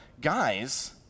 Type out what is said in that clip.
guys